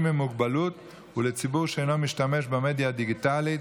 עם מוגבלות ולציבור שאינו משתמש במדיה הדיגיטלית.